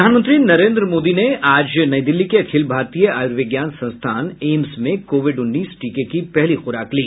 प्रधानमंत्री नरेन्द्र मोदी ने आज नई दिल्ली के अखिल भारतीय आयूर्विज्ञान संस्थान एम्स में कोविड उन्नीस टीके की पहली खुराक ली